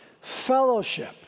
fellowship